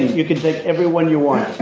you can take every one you want.